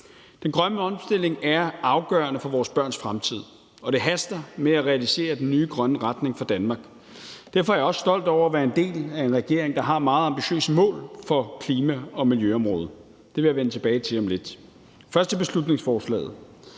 Den grønne omstilling er afgørende for vores børns fremtid, og det haster med at realisere den nye grønne retning for Danmark. Derfor er jeg også stolt over at være en del af en regering, der har meget ambitiøse mål for klima- og miljøområdet. Det vil jeg vende tilbage til om lidt. Først til beslutningsforslaget.